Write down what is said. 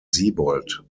siebold